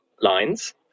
lines